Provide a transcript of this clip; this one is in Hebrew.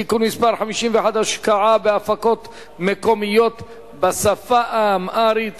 (תיקון מס' 51) (השקעה בהפקות מקומיות בשפה האמהרית),